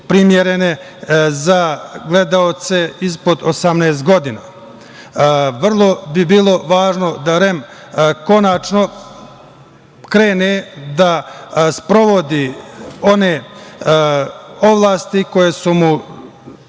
za gledaoce ispod 18 godina. Vrlo bi bilo važno da REM konačno krene da sprovodi one ovlasti koje su mu